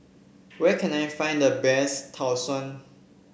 where can I find the best Tau Suan